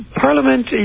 parliament